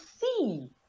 see